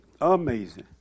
Amazing